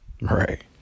Right